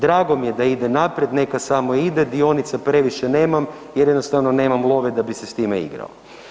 Drago mi je da ide naprijed, neka samo ide, dionica previše nemam jer jednostavno nemam love da bih se s time igrao.